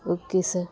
okay sir